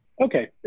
Okay